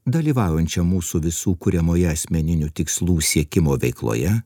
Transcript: dalyvaujančiam mūsų visų kuriamoje asmeninių tikslų siekimo veikloje